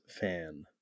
fan